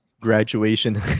graduation